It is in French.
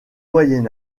moyen